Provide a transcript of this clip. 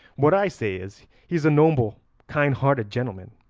what i say is, he's a noble kind-hearted gentleman,